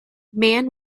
man